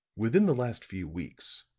within the last few weeks,